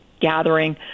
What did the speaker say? gathering